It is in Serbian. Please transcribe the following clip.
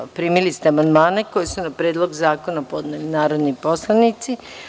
Primili ste amandmane koje su na Predlog zakona podneli narodni poslanici.